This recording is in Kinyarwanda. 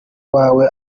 wawe